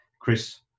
Chris